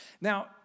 Now